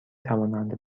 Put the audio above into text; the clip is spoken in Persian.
توانند